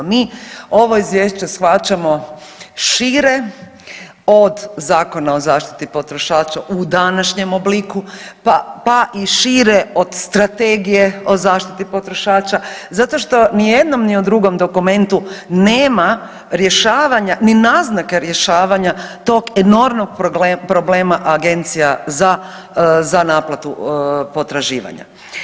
Mi ovo izvješće shvaćamo šire od Zakona o zaštiti potrošača u današnjem obliku pa i šire od Strategije o zaštiti potrošača zato što nijednom ni u drugom dokumentu nema rješavanja ni naznake rješavanja tog enormnog problema agencija za naplatu potraživanja.